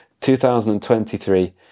2023